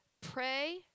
Pray